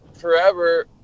forever